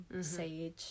sage